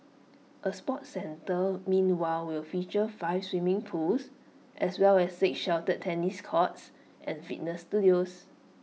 A sports centre meanwhile will feature five swimming pools as well as six sheltered tennis courts and fitness studios